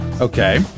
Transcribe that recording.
Okay